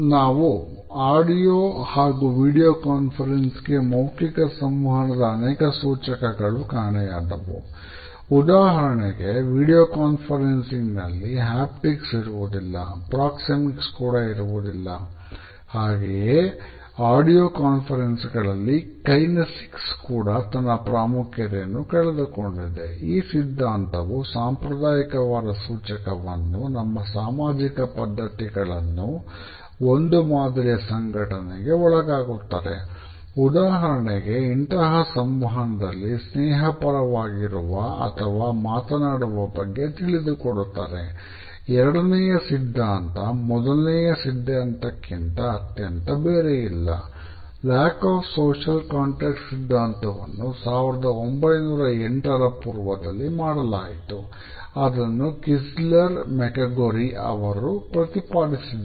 ನಾವು ಆಡಿಯೋ ಹಾಗೂ ವಿಡಿಯೋ ಕಾನ್ಫೆರೆಸಿನ್ಗೆ ಅವರು ಪ್ರತಿಪಾದಿಸಿದರು